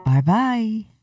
Bye-bye